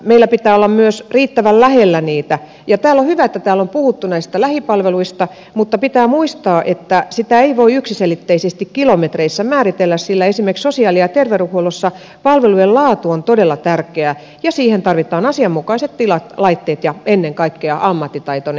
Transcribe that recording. meillä pitää olla myös riittävän lähellä niitä palveluja ja on hyvä että täällä on puhuttu näistä lähipalveluista mutta pitää muistaa että niitä ei voi yksiselitteisesti kilometreissä määritellä sillä esimerkiksi sosiaali ja terveydenhuollossa palvelujen laatu on todella tärkeää ja niitä varten tarvitaan asianmukaiset tilat laitteet ja ennen kaikkea ammattitaitoinen henkilöstö